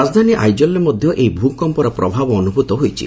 ରାଜଧାନୀ ଆଇଜଲ୍ରେ ମଧ୍ୟ ଏହି ଭ୍ରକମ୍ପର ପ୍ରଭାବ ଅନୁଭ୍ତ ହୋଇଛି